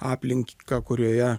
aplinką kurioje